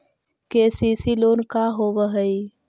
KCC loan का होब हइ?